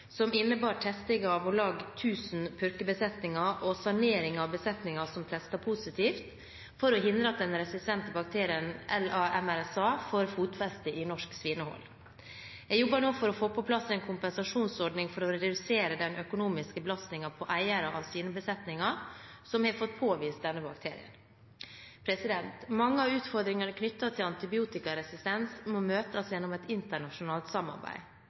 som innebar testing av om lag 1 000 purkebesetninger og sanering av besetninger som testet positivt, for å hindre at den resistente bakterien LA-MRSA får fotfeste i norsk svinehold. Jeg jobber nå for å få på plass en kompensasjonsordning for å redusere den økonomiske belastningen på eiere av svinebesetninger som har fått påvist denne bakterien. Mange av utfordringene knyttet til antibiotikaresistens må møtes gjennom et internasjonalt samarbeid.